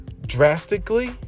drastically